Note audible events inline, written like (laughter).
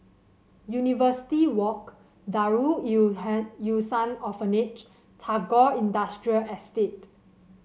University Walk Darul (unintelligible) Ihsan Orphanage and Tagore Industrial Estate